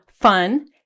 fun